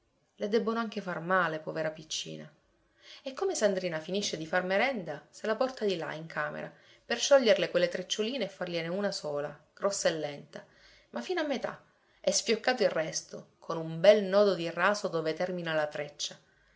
le debbono anche far male povera piccina e come sandrina finisce di far merenda se la porta di là in camera per scioglierle quelle treccioline e fargliene una sola grossa e lenta ma fino a metà e sfioccato il resto con un bel nodo di raso dove termina la treccia